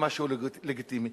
למשהו לגיטימי.